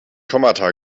kommata